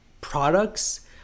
products